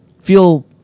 feel